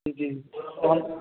جی جی اور